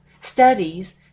Studies